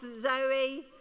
Zoe